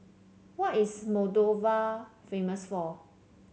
what is Moldova famous for